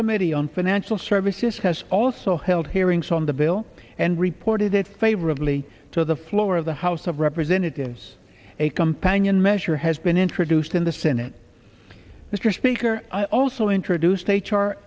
committee on financial services has also held hearings on the bill and reported it favorably to the floor of the house of representatives a companion measure has been introduced in the senate mr speaker i also introduced h